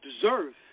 deserve